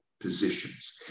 positions